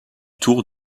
tour